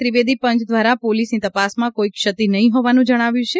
ત્રિવેદી પંચ દ્વારા પોલીસની તપાસમાં કોઇ ક્ષતિ નહીં હોવાનું જણાવાયું છે